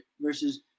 versus